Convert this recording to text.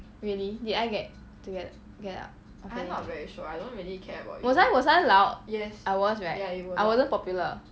really did I get to get out very often was I was I loud I was right I wasn't popular